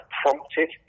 prompted